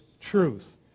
truth